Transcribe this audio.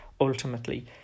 ultimately